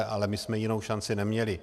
Ale my jsme jinou šanci neměli.